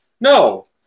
No